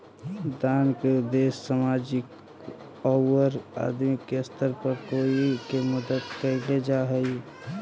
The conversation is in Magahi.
दान के उद्देश्य सामाजिक औउर आदमी के स्तर पर कोई के मदद कईल जा हई